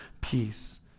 peace